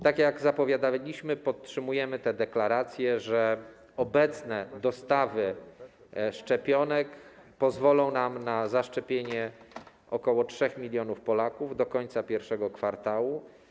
Tak jak zapowiadaliśmy, podtrzymujemy te deklaracje, obecne dostawy szczepionek pozwolą nam na zaszczepienie ok. 3 mln Polaków do końca I kwartału.